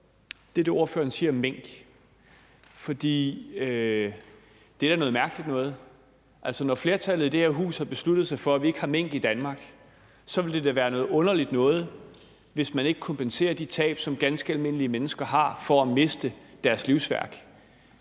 ordet, er det, ordføreren siger om mink, for det er da noget mærkeligt noget. Altså, når flertallet i det her hus har besluttet sig for, at vi ikke har mink i Danmark, så ville da være noget underligt noget, hvis man ikke kompenserer de tab, som ganske almindelige mennesker har ved at miste deres livsværk.